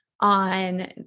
On